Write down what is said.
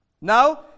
Now